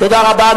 תודה רבה.